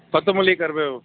కొత్తిమిర కరివేపాకు